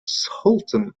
sultan